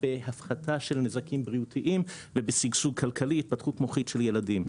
בהפחתה של הנזקים בריאותיים ובשגשוג כלכלי התפתחות מוחית של ילדים,